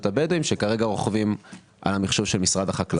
הבדואים שכרגע רוכבות על המחשוב של משרד החקלאות.